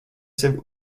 sevi